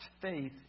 faith